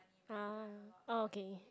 ah okay